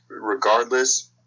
regardless